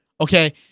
Okay